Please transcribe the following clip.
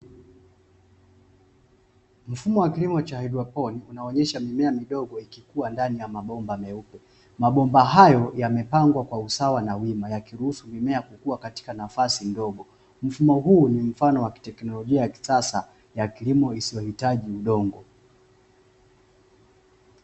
Mfumo wa kilimo cha haidroponi, unaoonyesha mimea midogo ikikua ndani ya mabomba meupe, mabomba hayo yamepangwa kwa usawa na wima yakiruhusu mimea kukua katika nafasi ndogo. Mfumo huo ni mfano wa kiteknolojia ya kisasa wa kilimo kisichohitaji udongo.